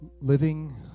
Living